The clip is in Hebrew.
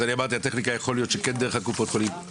אז הטכניקה יכול להיות שכן דרך קופות החולים.